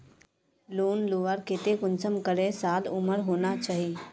Loan लुबार केते कुंसम करे साल उमर होना चही?